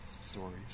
stories